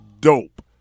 dope